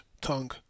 tongue